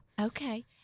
Okay